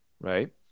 right